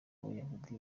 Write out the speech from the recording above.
abayahudi